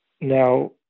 now